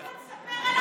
לי אתה מספר עליו?